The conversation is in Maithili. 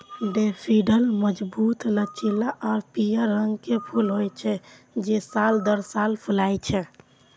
डेफोडिल मजबूत, लचीला आ पीयर रंग के फूल होइ छै, जे साल दर साल फुलाय छै